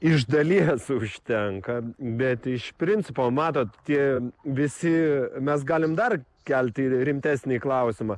iš dalies užtenka bet iš principo matot tie visi mes galim dar kelti ir rimtesnį klausimą